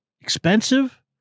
expensive